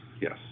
yes